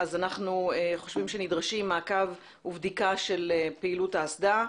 אנחנו חושבים שנדרשים מעקב ובדיקה של פעילות האסדה.